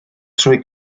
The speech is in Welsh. trwy